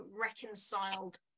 reconciled